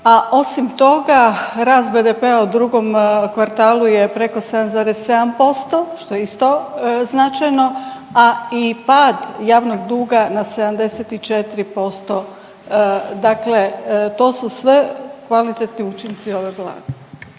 a osim toga rast BDP-a u drugom kvartalu je preko 7,7% što je isto značajno, a i pad javnog duga na 74%. Dakle, to su sve kvalitetni učinci ove Vlade.